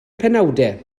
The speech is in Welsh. penawdau